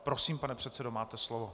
Prosím, pane předsedo, máte slovo.